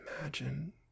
imagine